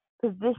Position